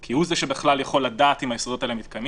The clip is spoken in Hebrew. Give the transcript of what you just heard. כי הוא זה שיכול לדעת אם היסודות האלה מתקיימים,